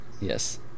yes